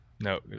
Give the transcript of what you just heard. No